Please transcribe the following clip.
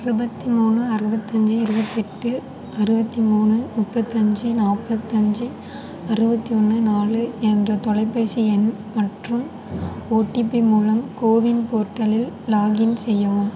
அறுபத்தி மூணு அறுபத்தஞ்சி இருபத்தெட்டு அறுபத்திமூணு முப்பத்தஞ்சு நாற்பத்தஞ்சி அறுபத்திஒன்னு நாலு என்ற தொலைபேசி எண் மற்றும் ஓடிபி மூலம் கோவின் போர்ட்டலில் லாக்கின் செய்யவும்